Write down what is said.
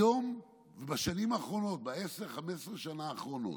היום, בשנים האחרונות, ב-10 15 השנים האחרונות,